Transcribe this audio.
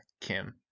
kim